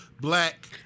black